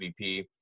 MVP –